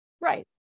Right